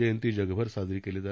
जयंती जगभर साजरी केली जा